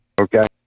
okay